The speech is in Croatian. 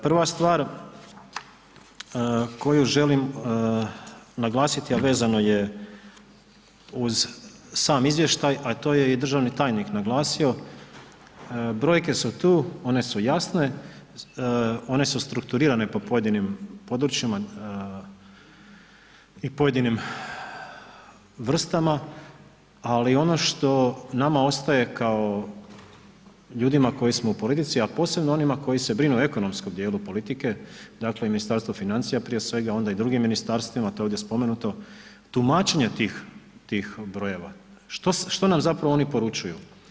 Prva stvar koju želim naglasiti, a vezano je uz sam izvještaj, a to je i državni tajnik naglasio, brojke su tu one su jasne, one su strukturirane po pojedinim područjima i pojedinim vrstama, ali ono što nama ostaje kao ljudima koji smo u politici, a posebno onima koji se brinu o ekonomskom dijelu politike dakle Ministarstvo financija prije svega, a onda i drugim ministarstvima to je ovdje spomenuto, tumačenje tih brojeva, što nam zapravo oni poručuju?